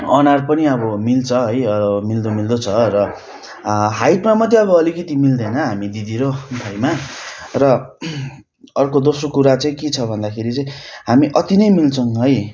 अनुहार पनि अब मिल्छ है मिल्दो मिल्दो छ र हाइटमा मात्रै अब अलिकिति मिल्दैन हामी दिदी र भाइमा र अर्को दोस्रो कुरा चाहिँ के छ भन्दाखेरि चाहिँ हामी अति नै मिल्छौँ है